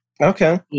Okay